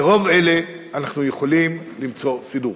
לרוב אלה אנחנו יכולים למצוא סידור.